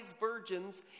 virgins